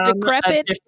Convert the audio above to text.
decrepit